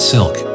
Silk